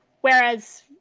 Whereas